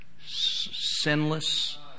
sinless